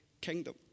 kingdom